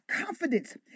confidence